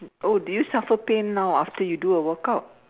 oh do you suffer pain now after you do a workout